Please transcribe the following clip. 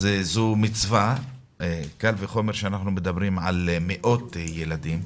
זו מצווה, קל וחומר שאנחנו מדברים על מאות ילדים.